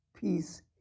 peace